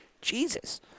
Jesus